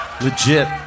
Legit